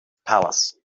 palace